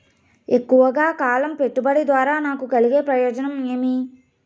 ఎక్కువగా కాలం పెట్టుబడి ద్వారా నాకు కలిగే ప్రయోజనం ఏమి?